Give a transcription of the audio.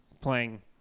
playing